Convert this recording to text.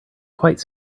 quite